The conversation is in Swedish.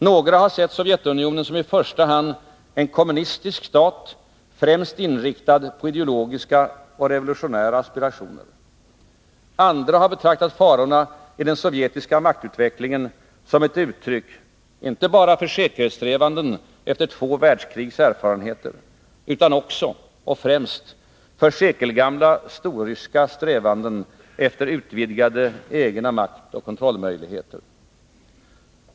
Några har sett Sovjetunionen som i första hand en kommunistisk stat, främst inriktad på ideologiska och revolutionära aspirationer. Andra har betraktat farorna i den sovjetiska maktutvecklingen som ett uttryck inte bara för säkerhetssträvanden efter två världskrigs erfarenheter utan också — och främst — för sekelgamla storryska strävanden efter utvidgade egna maktoch kontrollmöjligheter.